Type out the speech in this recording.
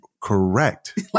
Correct